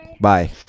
Bye